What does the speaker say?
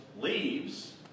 leaves